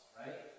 right